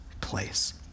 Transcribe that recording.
place